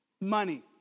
money